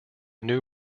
new